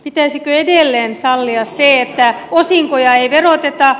pitäisikö edelleen sallia se että osinkoja ei veroteta